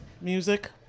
music